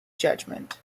judgment